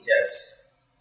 Yes